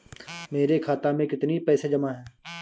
मेरे खाता में कितनी पैसे जमा हैं?